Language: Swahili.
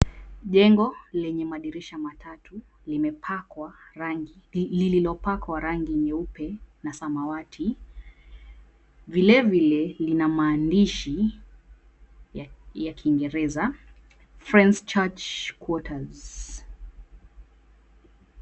Jengo lenye madirisha matatu lililopakwa rangi nyeupe na samawati. Vilevile lina maandishi ya kiingereza 'Friend's Church Quarters'.